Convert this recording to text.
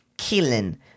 Killing